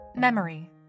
Memory